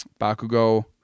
Bakugo